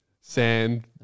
Sand